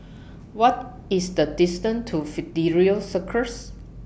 What IS The distance to Fidelio Circus